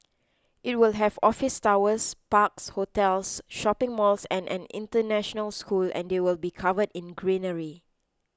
it will have office towers parks hotels shopping malls and an international school and they will be covered in greenery